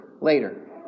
Later